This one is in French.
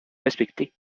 respecté